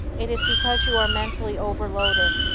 it is because you are mentally overloaded.